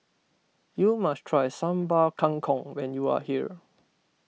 you must try Sambal Kangkong when you are here